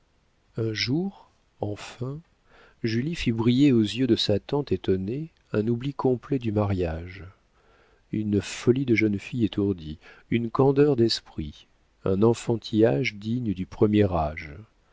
un jour enfin julie fit briller aux yeux de sa tante étonnée un oubli complet du mariage une folie de jeune fille étourdie une candeur d'esprit un enfantillage digne du premier âge